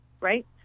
right